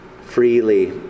Freely